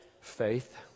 faith